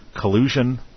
collusion